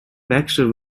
baxter